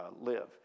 live